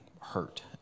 hurt